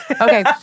okay